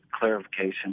clarification